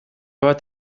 bat